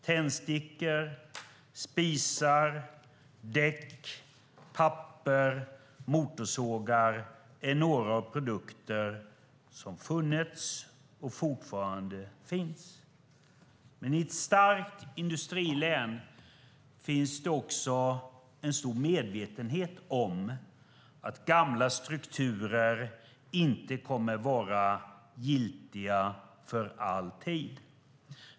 Tändstickor, spisar, däck, papper och motorsågar är några av de produkter som har funnits historiskt, och fortfarande finns. I ett starkt industrilän finns dock också en stor medvetenhet om att gamla strukturer inte kommer att vara giltiga för all framtid.